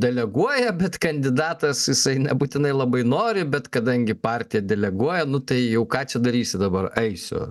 deleguoja bet kandidatas jisai nebūtinai labai nori bet kadangi partija deleguoja nu tai jau ką čia darysi dabar eisiu